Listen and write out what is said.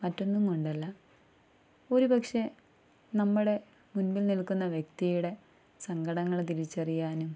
മറ്റൊന്നും കൊണ്ടല്ല ഒരു പക്ഷെ നമ്മുടെ മുൻപിൽ നിൽക്കുന്ന വ്യക്തിയുടെ സങ്കടങ്ങൾ തിരിച്ചറിയാനും